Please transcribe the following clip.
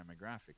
demographic